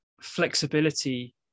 flexibility